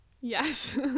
Yes